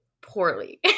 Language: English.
poorly